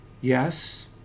Yes